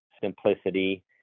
Simplicity